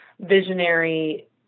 visionary